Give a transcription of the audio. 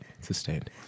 Sustained